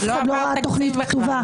אף אחד לא ראה תוכנית כתובה.